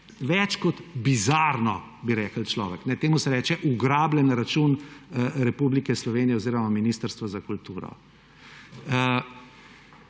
več kot bizarno, bi rekel človek. Temu se reče ugrabljen račun Republike Slovenije oziroma Ministrstva za kulturo.